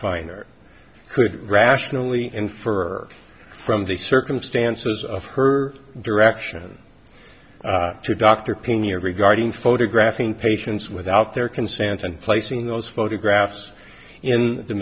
finder could rationally infer from the circumstances of her direction to dr pea regarding photographing patients without their consent and placing those photographs in the